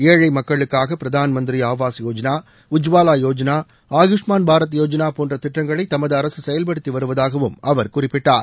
ஏழை மக்களுக்காக பிரதான் மந்திரி ஆவாஸ் யோஜனா உஜ்வாலா யோஜனா ஆயூஷ்மான் பாரத் யோஜனா போன்ற திட்டங்களை தமது அரசு செயல்படுத்தி வருவதாகவும் அவர் குறிப்பிட்டார்